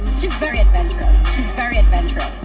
very adventurous. she's very adventurous.